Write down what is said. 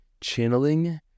channeling